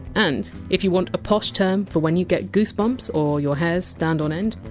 and if you want a posh term for when you get goose-bumps or your hairs stand on end!